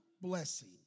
blessing